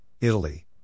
Italy